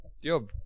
Yo